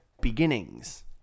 beginnings